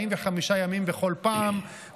45 ימים בכל פעם,